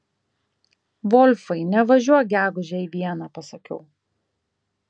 volfai nevažiuok gegužę į vieną pasakiau